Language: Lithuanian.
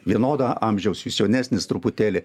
vienodo amžiaus jūs jaunesnis truputėlį